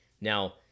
Now